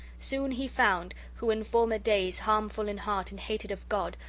soon he found, who in former days, harmful in heart and hated of god,